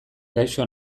gaixo